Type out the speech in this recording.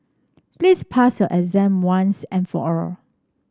please pass your exam once and for all